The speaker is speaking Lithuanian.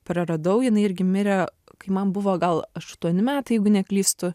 praradau jinai irgi mirė kai man buvo gal aštuoni metai jeigu neklystu